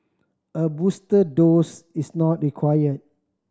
a booster dose is not required